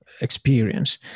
experience